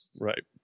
Right